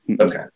okay